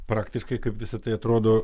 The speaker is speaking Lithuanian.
praktiškai kaip visa tai atrodo